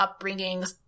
upbringings